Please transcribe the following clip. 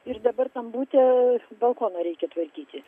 ir dabar tam bute balkoną reikia tvarkyti